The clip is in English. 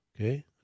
Okay